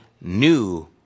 new